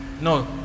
no